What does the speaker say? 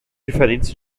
diferentes